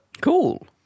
Cool